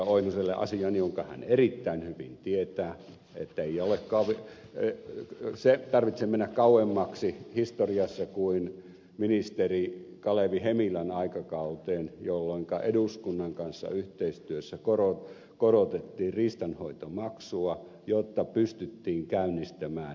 oinoselle asian jonka hän erittäin hyvin tietää että ei tarvitse mennä kauemmaksi historiassa kuin ministeri kalevi hemilän aikakauteen jolloinka eduskunnan kanssa yhteistyössä korotettiin riistanhoitomaksua jotta pystyttiin käynnistämään pienpetokampanja